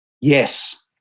yes